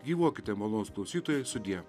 gyvuokite malonūs klausytojai sudie